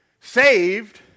saved